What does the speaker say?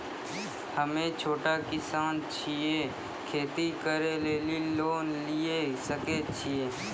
हम्मे छोटा किसान छियै, खेती करे लेली लोन लिये सकय छियै?